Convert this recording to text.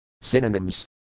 Synonyms